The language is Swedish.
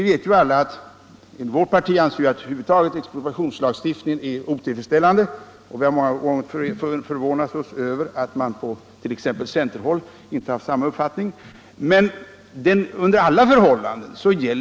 Vi i vårt parti anser som bekant att expropriationslagstiftningen över huvud taget är otillfredsställande, och vi har många gånger förvånat oss över att man på exempelvis centerhåll inte har haft samma uppfattning.